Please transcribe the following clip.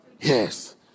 Yes